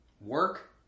Work